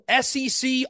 SEC